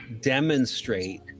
demonstrate